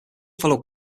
followed